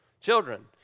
Children